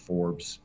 Forbes